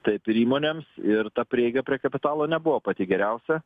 taip ir įmonėms ir ta prieiga prie kapitalo nebuvo pati geriausia